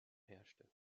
herrschte